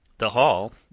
the hall,